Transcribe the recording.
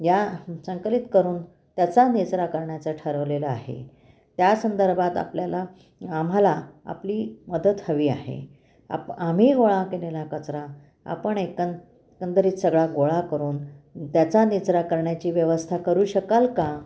या संकलित करून त्याचा निचरा करण्याचा ठरवलेलं आहे त्या संदर्भात आपल्याला आम्हाला आपली मदत हवी आहे आप आम्ही गोळा केलेला कचरा आपण एकं एकंदरीत सगळा गोळा करून त्याचा निचरा करण्याची व्यवस्था करू शकाल का